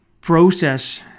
process